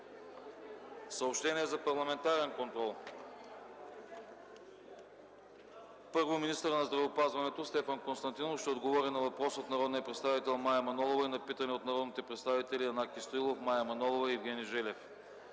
Съобщение за парламентарен контрол: - министърът на здравеопазването Стефан Константинов ще отговори на въпрос от народния представител Мая Манолова и на питане от народните представители Янаки Стоилов, Мая Манолова и Евгений Желев;